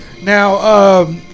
Now